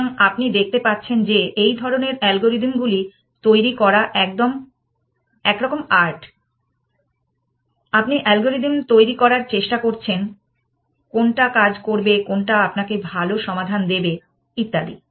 সুতরাং আপনি দেখতে পাচ্ছেন যে এই ধরনের অ্যালগরিদমগুলি তৈরি করা একরকম আর্ট আপনি অ্যালগরিদম তৈরী করার চেষ্টা করছেন কোনটা কাজ করবে কোনটা আপনাকে ভাল সমাধান দেবে ইত্যাদি